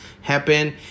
happen